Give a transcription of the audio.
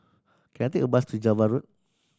can I take a bus to Java Road